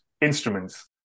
instruments